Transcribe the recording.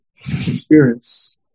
experience